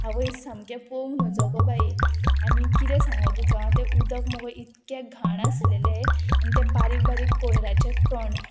आवय सामकें पोवंक नजो बाये आनी कितें सांगो तुका तें उदक मगो इतकें घाण आसलेले आनी ते बारीक बारीक कोयराचें कण